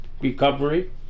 recovery